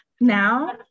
now